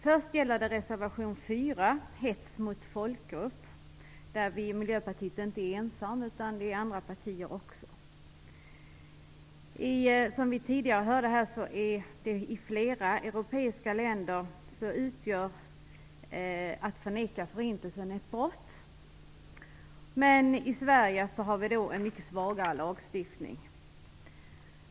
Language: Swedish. Först gäller det reservation 4 om hets mot folkgrupp, som inte bara Miljöpartiet utan också andra partier står bakom. I flera europeiska länder utgör ett förnekande av förintelsen ett brott, som vi tidigare hörde. Men i Sverige har vi en mycket svagare lagstiftning.